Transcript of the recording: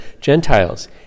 Gentiles